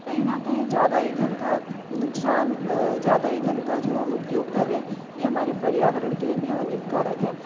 कहीं न कहीं ज्यादा ईंधन का नुकसान ज़्यादा इधन का जो हम उपयोग कर रहे हैं यह हमारे पर्यावरण के लिए भी हानिकारक है